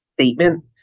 statement